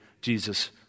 Jesus